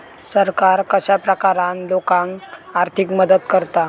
सरकार कश्या प्रकारान लोकांक आर्थिक मदत करता?